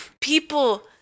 People